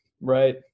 Right